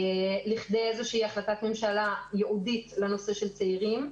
לכדי איזו החלטת ממשלה ייעודית לנושא של צעירים.